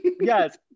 Yes